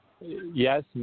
yes